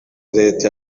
leta